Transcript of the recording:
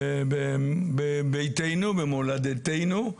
ביתנו ומולדתנו,